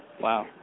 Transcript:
Wow